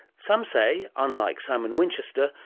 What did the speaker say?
some say, unlike simon winchester,